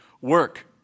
work